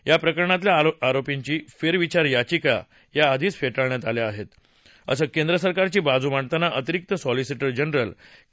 याप्रकरणातल्या आरोपींच्या फेरविचार याचिका याआधीच फेटाळण्यात आल्या आहेत असं केंद्रसरकारची बाजू मांडताना अतिरिक्त सॉलिसिटर जनरल के